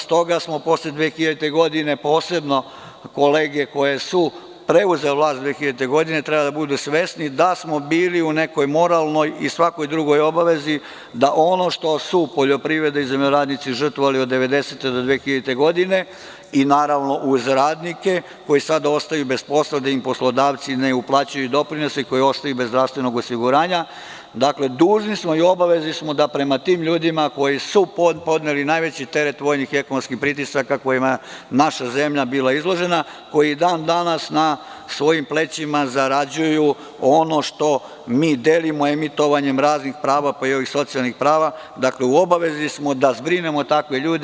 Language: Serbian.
Stoga smo posle 2000. godine, posebno kolege koje su preuzele vlast 2000. godine treba da budu svesni da smo bili u nekoj moralnoj i svakoj drugoj obavezi da ono što su poljoprivreda i zemljoradnici žrtvovali od 1990. do 2000. godine i, naravno, uz radnike koji sada ostaju bez posla, da im poslodavci ne uplaćuju doprinose, koji ostaju bez zdravstvenog osiguranja, dužni smo i u obavezi smo da prema tim ljudima koji su podneli najveći teret vojnih i ekonomskih pritisaka kojima je naša zemlja bila izložena, koji i dan danas na svojim plećima zarađuju ono što mi delimo emitovanjem raznih prava, pa i ovih socijalni prava, u obavezi smo da zbrinemo takve ljude.